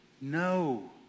No